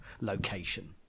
location